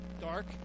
dark